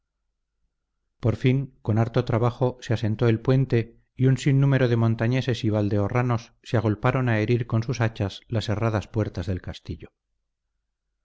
por fin con harto trabajo se asentó el puente y un sinnúmero de montañeses y valdeorranos se agolparon a herir con sus hachas las herradas puertas del castillo